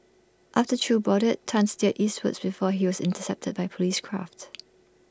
after chew boarded Tan steered eastwards before he was intercepted by Police craft